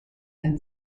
and